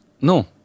No